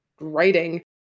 writing